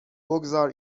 بگذار